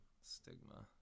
stigma